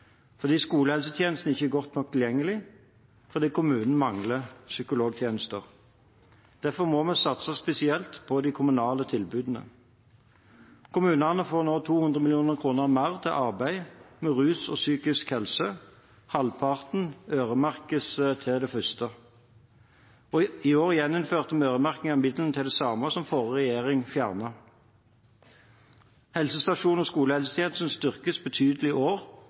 fordi skolehelsetjenesten ikke er godt nok tilgjengelig, fordi kommunene mangler psykologtjenester. Derfor må vi satse spesielt på de kommunale tilbudene. Kommunene får 200 mill. kr mer til arbeid med rus og psykisk helse. Halvparten øremerkes til det første. I år gjeninnførte vi øremerkingen av midler til det samme som forrige regjering fjernet. Helsestasjons- og skolehelsetjenesten styrkes betydelig i år